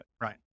Right